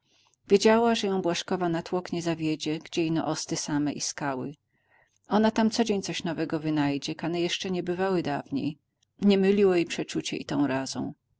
wiedziała że ją błażkowa na tłok nie zawiedzie gdzie ino osty same i skale ona tam codzień coś nowego wynajdzie kany jeszcze nie bywały dawniej nie myliło ją przeczucie i tego razu